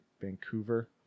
Vancouver